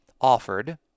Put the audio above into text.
offered